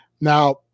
Now